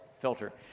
filter